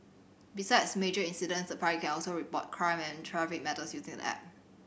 besides major incidents the public can also report crime and traffic matters using the app